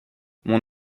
mon